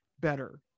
better